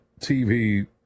TV